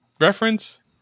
reference